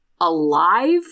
alive